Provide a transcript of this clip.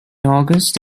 august